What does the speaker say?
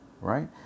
Right